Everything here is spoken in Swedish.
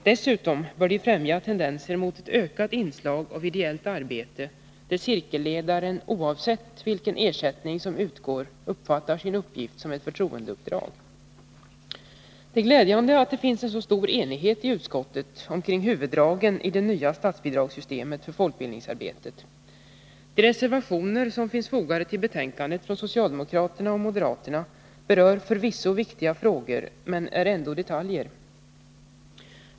Dessutom bör de främja tendenser mot ett ökat inslag av ideellt arbete där cirkelledaren, oavsett vilken ersättning som utgår, uppfattar sin uppgift som ett förtroendeuppdrag. Det är glädjande att det finns så stor enighet i utskottet om huvuddragen i det nya statsbidragssystemet för folkbildningsarbete. De reservationer som finns fogade till betänkandet från socialdemokraterna och moderaterna berör förvisso viktiga frågor, men de är ändå detaljer.